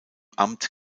amt